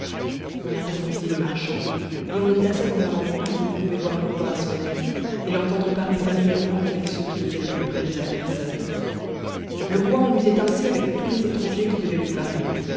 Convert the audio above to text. on introduisit le marchand et on le p aça dans un endroit d'où il pouvait voir le roi à son aise et l'entendre parler familièrement avec ceux qui étaient le plus près de sa personne le roi en usait ainsi avec tous les étrangers qui devaient lui parler